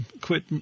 quit